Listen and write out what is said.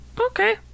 Okay